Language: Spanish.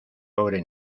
pobre